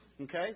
Okay